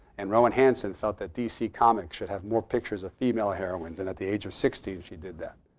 and rowan hansen felt that dc comics should have more pictures of female heroines and at the age of sixteen she did that.